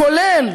כולל,